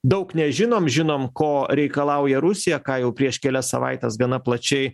daug nežinom žinom ko reikalauja rusija ką jau prieš kelias savaites gana plačiai